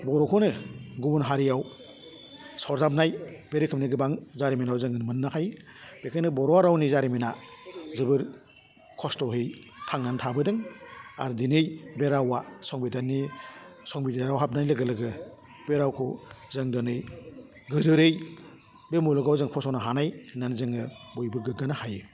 बर'खौनो गुबुन हारियाव सरजाबनाय बे रोखोमनि गोबां जारिमिनाव जों मोन्नो हायो बेखायनो बर' रावनि जारिमिना जोबोर खस्थ'है थांनानै थाबोदों आर दिनै बे रावा संबिदाननि संबिदानाव हाबनाय लोगो लोगो बे रावखौ जों दोनै गोजोरै बे मुलुगाव जों फसंनो हानाय होन्नानै जोङो बयबो गोग्गानो हायो